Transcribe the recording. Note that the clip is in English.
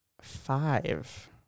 five